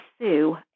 sue